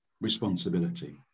responsibility